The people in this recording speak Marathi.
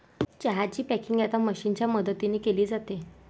चहा ची पॅकिंग आता मशीनच्या मदतीने केली जाते